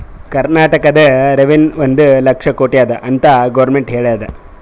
ಕರ್ನಾಟಕದು ರೆವೆನ್ಯೂ ಒಂದ್ ಲಕ್ಷ ಕೋಟಿ ಅದ ಅಂತ್ ಗೊರ್ಮೆಂಟ್ ಹೇಳ್ಯಾದ್